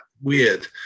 weird